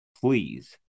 Please